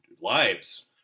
lives